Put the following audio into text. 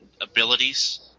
abilities